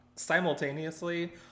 simultaneously